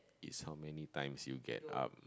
it's how many times you get up